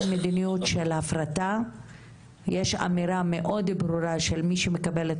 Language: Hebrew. מדיניות של הפרטה יש אמירה מאוד ברורה של מי שמקבל את